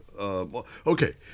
Okay